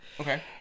okay